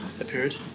appeared